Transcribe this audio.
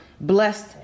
blessed